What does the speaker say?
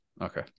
Okay